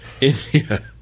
india